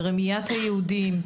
רמיית היהודים,